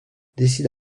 décide